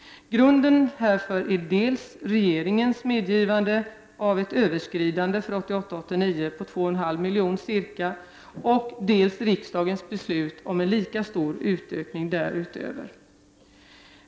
Grunden härför är dels regeringens medgivande av ett överskridande för 1988/89 på ca 2,5 milj.kr., dels riksdagens beslut om en lika stor utökning därutöver.